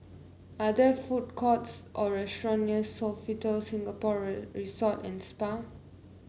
are there food courts or restaurants near Sofitel Singapore Resort and Spa